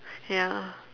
ya